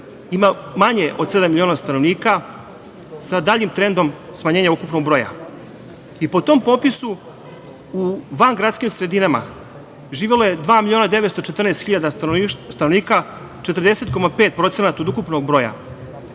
ima manje od sedam miliona stanovnika sa daljim trendom smanjenja ukupnog broja. Po tom popisu, u vangradskim sredinama živelo je 2.914.000 stanovnika, 40,5% od ukupnog broja.